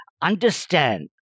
understand